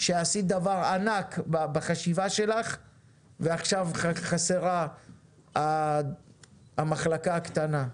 שעשית דבר ענק בחשיבה שלך ועכשיו חסרה המחלקה הקטנה.